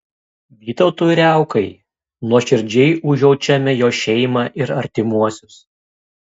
vytautui riaukai nuoširdžiai užjaučiame jo šeimą ir artimuosius